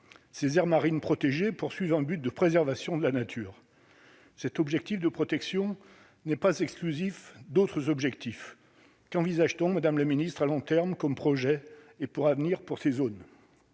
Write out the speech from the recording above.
ces aires marines protégées poursuivent un but de préservation de la nature. Cet objectif de protection n'est pas exclusif d'autres objectifs, qui envisage-t-on Madame le ministre à long terme comme projet et pourra venir pour ces zones,